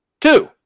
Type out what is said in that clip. Two